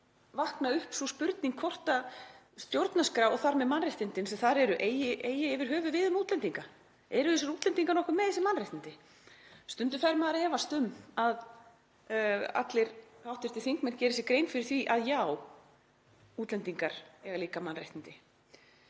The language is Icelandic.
vakna upp sú spurning hvort stjórnarskrá, og þar með mannréttindin sem þar eru, eigi yfir höfuð við um útlendinga. Eru þessir útlendingar nokkuð með þessi mannréttindi? Stundum fer maður að efast um að allir hv. þingmenn geri sér grein fyrir því að já, útlendingar hafa líka mannréttindi.